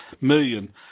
million